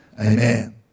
Amen